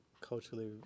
culturally